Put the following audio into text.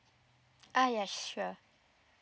uh ya sure